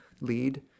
lead